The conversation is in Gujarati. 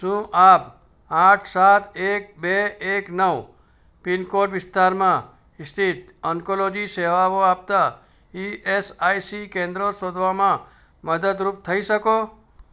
શું આપ આઠ સાત એક બે એક નવ પિનકોડ વિસ્તારમાં સ્થિત ઓન્કોલોજી સેવાઓ આપતાં ઇએસઆઇસી કેન્દ્રો શોધવામાં મદદરૂપ થઈ શકો